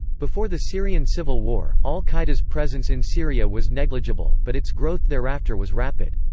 before the syrian civil war, al-qaeda's presence in syria was negligible, but its growth thereafter was rapid.